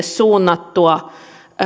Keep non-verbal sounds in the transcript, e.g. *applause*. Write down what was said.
*unintelligible* suunnattua